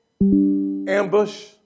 ambush